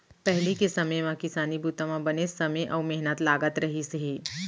पहिली के समे म किसानी बूता म बनेच समे अउ मेहनत लागत रहिस हे